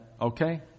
okay